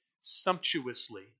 sumptuously